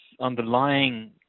underlying